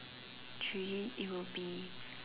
three it will be